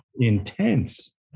intense